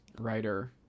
writer